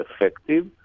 effective